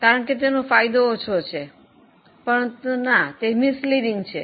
કારણ કે તેનો ફાયદો ઓછો છે પરંતુ તે ભ્રામક છે